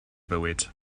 bywyd